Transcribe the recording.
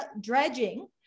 dredging